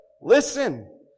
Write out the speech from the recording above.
listen